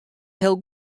heel